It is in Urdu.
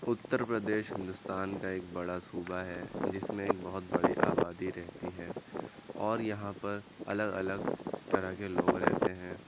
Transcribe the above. اتّر پردیش ہندوستان کا ایک بڑا صوبہ ہے جس میں ایک بہت بڑی آبادی رہتی ہے اور یہاں پر الگ الگ طرح کے لوگ رہتے ہیں